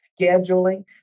scheduling